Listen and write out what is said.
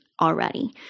already